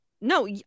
No